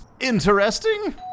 interesting